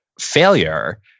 failure